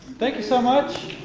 thank you so much.